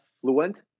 fluent